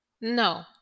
no